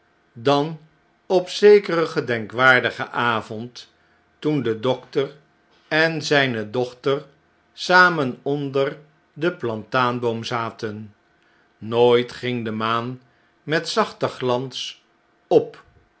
dan op zekeren gedenkwaardigen avond toen de dokter en zpe dochter samen onder den plataanboom zaten nooit ging de maan met zachter glans op